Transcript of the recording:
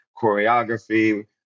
choreography